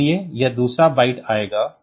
इसलिए यह दूसरा बाइट आएगा